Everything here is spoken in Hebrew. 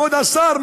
כבוד השר,